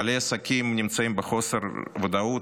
בעלי עסקים נמצאים בחוסר ודאות.